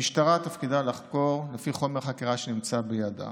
המשטרה תפקידה לחקור לפי חומר החקירה שנמצא בידה